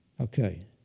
Okay